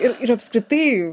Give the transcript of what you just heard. ir ir apskritai